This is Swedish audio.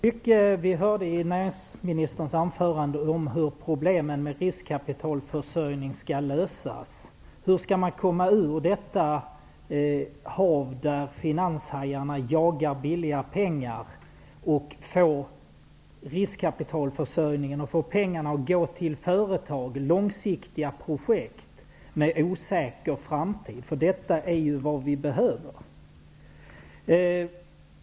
Herr talman! I näringsministerns anförande fick vi höra mycket om hur problemen med riskkapitalförsörjningen skall lösas. Hur skall man komma ur detta hav, där finanshajarna jagar billiga pengar och skaffar sig riskkapitalförsörjning, och i stället få pengarna att gå till företag som har långsiktiga projekt med osäker framtid? Det är ju vad vi behöver.